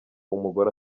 umugore